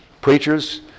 Preachers